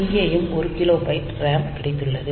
இங்கேயும் ஒரு kilobyte RAM கிடைத்துள்ளது